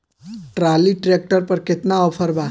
Trolley tractor पर केतना offer बा?